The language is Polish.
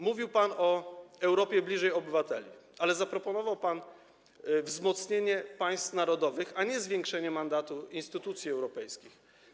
Mówił pan o Europie bliższej obywatelom, ale zaproponował pan wzmocnienie państw narodowych, a nie zwiększenie mandatu instytucji europejskich.